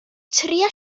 trïa